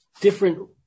different